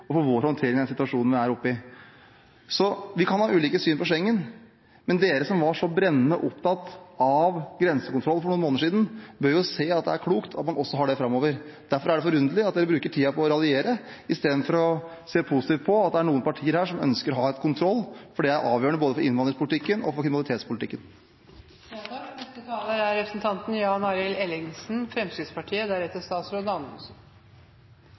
og for vår håndtering av den situasjonen vi er oppe i. Vi kan ha ulike syn på Schengen, men dere som var så brennende opptatt av grensekontroll for noen måneder siden, bør jo se at det er klokt at man også har det framover. Derfor er det forunderlig at dere bruker tiden på å raljere istedenfor å se positivt på at det er noen partier her som ønsker å ha kontroll, for det er avgjørende både for innvandringspolitikken og for kriminalitetspolitikken. La meg starte med representanten